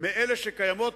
מאלה שקיימות